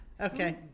Okay